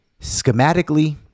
Schematically